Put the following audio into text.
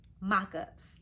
mock-ups